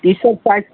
ये सब साइ